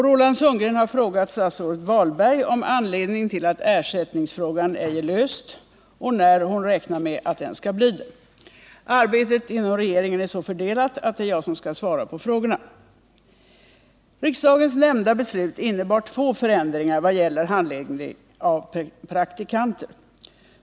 Roland Sundgren har frågat statsrådet Wahlberg om anledningen till att ersättningsfrågan ej är löst och när hon räknar med att den skall bli det. Arbetet inom regeringen är så fördelat att det är jag som skall svara på frågorna. ning av praktikanter.